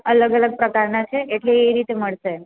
અલગ અલગ પ્રકારના છે એટલે એ રીતે મળશે